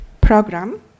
program